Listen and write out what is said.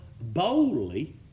boldly